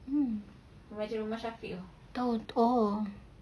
mm tahu oh